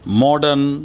modern